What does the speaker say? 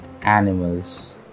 animals